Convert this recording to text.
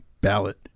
ballot